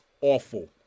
awful